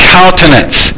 countenance